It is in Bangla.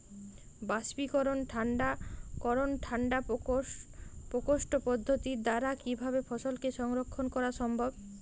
বাষ্পীকরন ঠান্ডা করণ ঠান্ডা প্রকোষ্ঠ পদ্ধতির দ্বারা কিভাবে ফসলকে সংরক্ষণ করা সম্ভব?